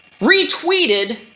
retweeted